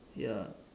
ya